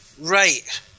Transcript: right